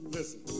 Listen